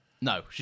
No